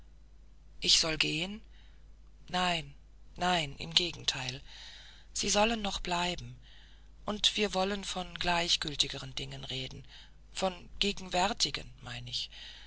ich soll gehen nein nein im gegenteil sie sollen noch bleiben und wir wollen von gleichgültigeren dingen reden von gegenwärtigen mein ich